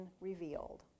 revealed